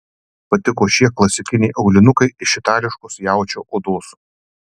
patiko šie klasikiniai aulinukai iš itališkos jaučio odos